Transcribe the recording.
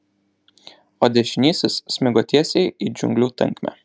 o dešinysis smigo tiesiai į džiunglių tankmę